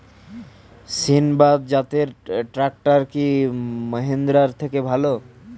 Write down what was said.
সিণবাদ জাতের ট্রাকটার কি মহিন্দ্রার থেকে ভালো?